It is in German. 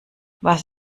was